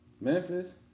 Memphis